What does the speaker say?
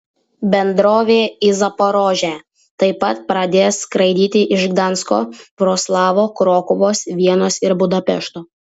bendrovė į zaporožę taip pat pradės skraidyti iš gdansko vroclavo krokuvos vienos ir budapešto